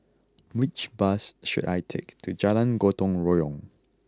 which bus should I take to Jalan Gotong Royong